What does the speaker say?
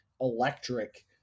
electric